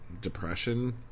depression